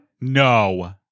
No